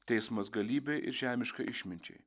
teismas galybei ir žemiška išminčiai